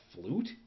flute